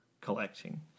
collecting